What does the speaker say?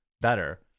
better